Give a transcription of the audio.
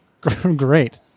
great